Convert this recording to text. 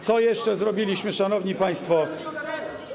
Co jeszcze zrobiliśmy, szanowni państwo.